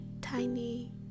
tiny